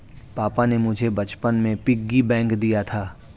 पापा ने मुझे बचपन में पिग्गी बैंक दिया था